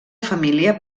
família